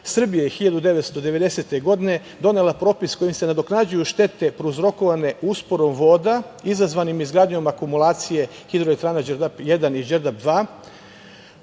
Srbije 1990. godine, donela je propis kojim se nadoknađuju štete prouzrokovane usporom voda izazvanim izgradnjom akumulacije hidroelektrane „Đerdap 1“